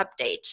update